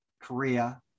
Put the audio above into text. Korea